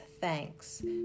thanks